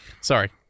Sorry